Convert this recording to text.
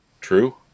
True